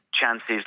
chances